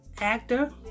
actor